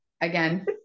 Again